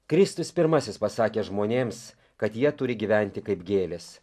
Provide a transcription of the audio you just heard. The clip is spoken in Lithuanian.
kristus pirmasis pasakė žmonėms kad jie turi gyventi kaip gėlės